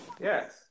yes